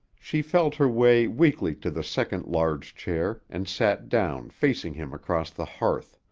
she felt her way weakly to the second large chair and sat down facing him across the hearth.